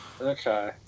Okay